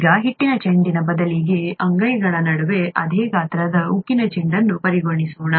ಈಗ ಹಿಟ್ಟಿನ ಚೆಂಡಿನ ಬದಲಿಗೆ ಅಂಗೈಗಳ ನಡುವೆ ಅದೇ ಗಾತ್ರದ ಉಕ್ಕಿನ ಚೆಂಡನ್ನು ಪರಿಗಣಿಸೋಣ